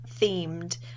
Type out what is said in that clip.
themed